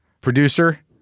producer